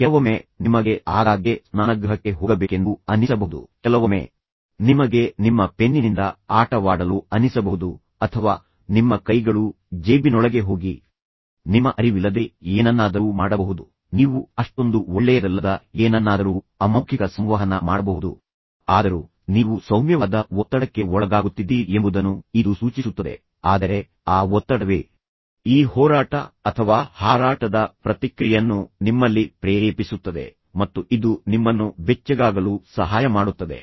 ಕೆಲವೊಮ್ಮೆ ನಿಮಗೆ ಆಗಾಗ್ಗೆ ಸ್ನಾನಗೃಹಕ್ಕೆ ಹೋಗಬೇಕೆಂದು ಅನಿಸಬಹುದು ಕೆಲವೊಮ್ಮೆ ನಿಮಗೆ ನಿಮ್ಮ ಪೆನ್ನಿನಿಂದ ಆಟವಾಡಲು ಅನಿಸಬಹುದು ಅಥವಾ ನಿಮ್ಮ ಕೈಗಳು ಜೇಬಿನೊಳಗೆ ಹೋಗಿ ನಿಮ್ಮ ಅರಿವಿಲ್ಲದೆ ಏನನ್ನಾದರೂ ಮಾಡಬಹುದು ನೀವು ಅಷ್ಟೊಂದು ಒಳ್ಳೆಯದಲ್ಲದ ಏನನ್ನಾದರೂ ಅಮೌಖಿಕ ಸಂವಹನ ಮಾಡಬಹುದು ಆದರೂ ನೀವು ಸೌಮ್ಯವಾದ ಒತ್ತಡಕ್ಕೆ ಒಳಗಾಗುತ್ತಿದ್ದೀರಿ ಎಂಬುದನ್ನು ಇದು ಸೂಚಿಸುತ್ತದೆ ಆದರೆ ಆ ಒತ್ತಡವೇ ಈ ಹೋರಾಟ ಅಥವಾ ಹಾರಾಟದ ಪ್ರತಿಕ್ರಿಯೆಯನ್ನು ನಿಮ್ಮಲ್ಲಿ ಪ್ರೇರೇಪಿಸುತ್ತದೆ ಮತ್ತು ಇದು ನಿಮ್ಮನ್ನು ಬೆಚ್ಚಗಾಗಲು ಸಹಾಯ ಮಾಡುತ್ತದೆ